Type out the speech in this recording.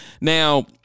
Now